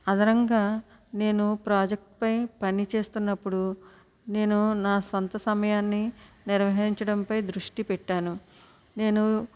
అదనంగా నేను ప్రాజెక్టు పై పని చేస్తున్నప్పుడు నేను నా సొంత సమయాన్ని నిర్వహించడంపై దృష్టి పెట్టాను నేను